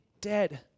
dead